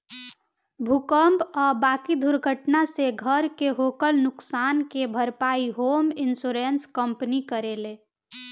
भूकंप आ बाकी दुर्घटना से घर के होखल नुकसान के भारपाई होम इंश्योरेंस कंपनी करेले